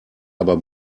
aber